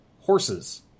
horses